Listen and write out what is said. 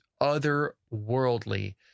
otherworldly